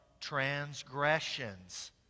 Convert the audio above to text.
transgressions